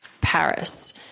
Paris